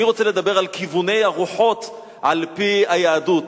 אני רוצה לדבר על כיווני הרוחות על-פי היהדות.